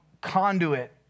conduit